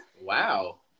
Wow